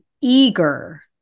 Eager